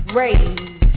raise